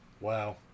Wow